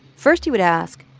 first, he would ask,